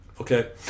okay